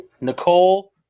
Nicole